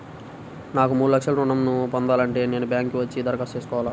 నాకు మూడు లక్షలు ఋణం ను పొందాలంటే నేను బ్యాంక్కి వచ్చి దరఖాస్తు చేసుకోవాలా?